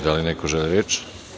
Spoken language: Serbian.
Da li neko želi reč?